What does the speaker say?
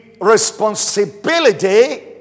responsibility